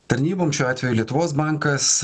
tarnybom šiuo atveju lietuvos bankas